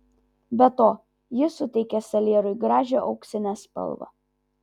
be to ji suteikia salierui gražią auksinę spalvą